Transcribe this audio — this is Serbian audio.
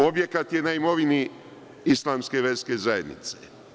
Objekat je na imovini Islamske verske zajednice.